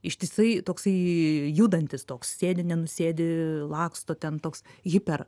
ištisai toksai judantis toks sėdi nenusėdi laksto ten toks hiper